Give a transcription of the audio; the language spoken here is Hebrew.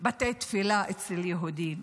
בתי תפילה של יהודים.